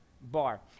bar